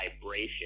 vibration